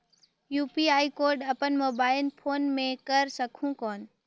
UPI code अपन mobile phone मे कर सकहुं कौन?